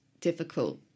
difficult